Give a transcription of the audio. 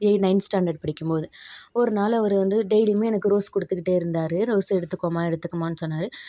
eighth ninth standard படிக்கும்போது ஒரு நாள் அவர் வந்து டெய்லியுமே எனக்கு ரோஸ் கொடுத்துக்கிட்டே இருந்தாரு ரோஸ் எடுத்துக்கோமா எடுத்துக்கம்மான்னு சொன்னார்